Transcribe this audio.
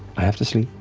i have to sleep.